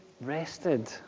rested